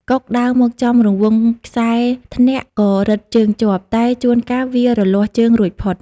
កុកដើរមកចំរង្វង់ខ្សែធ្នាក់ក៏រឹតជើងជាប់ តែជួនកាលវារលាស់ជើងរួចផុត ។